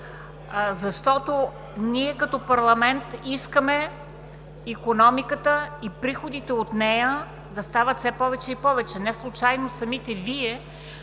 защото ние като парламент искаме икономиката и приходите от нея да стават все повече и повече. Не случайно самите Вие